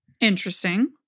Interesting